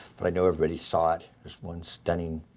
but i know everybody saw it. just one stunning,